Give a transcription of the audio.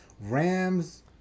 Rams